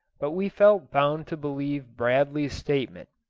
but we felt bound to believe bradley's statement.